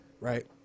right